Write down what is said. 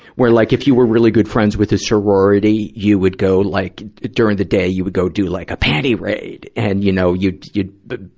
where like if you were really good friends with a sorority, you would go like during the day, you would go do like a panty raid. and, you know, you, you, the,